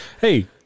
hey